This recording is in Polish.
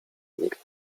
nikt